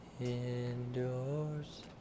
Indoors